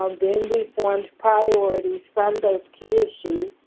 um then we formed priorities from those key issues.